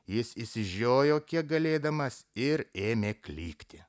jis išsižiojo kiek galėdamas ir ėmė klykti